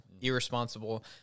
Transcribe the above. irresponsible